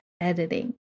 Editing